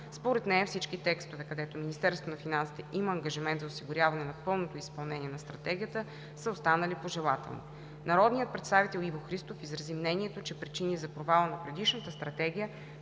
Според нея всички текстове, където Министерството на финансите има ангажимент за осигуряване на пълното изпълнение на Стратегията, са останали пожелателни. Народният представител Иво Христов изрази мнението, че причини за провала на предишната Стратегия